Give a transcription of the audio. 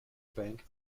bank